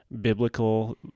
biblical